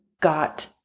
got